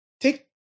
Take